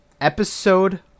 episode